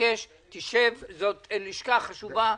זאת לשכה חשובה,